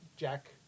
Jack